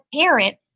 parent